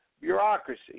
bureaucracy